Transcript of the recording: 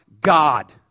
God